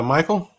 Michael